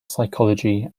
psychology